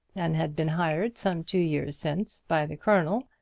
and had been hired some two years since by the colonel,